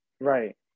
Right